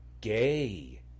gay